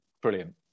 brilliant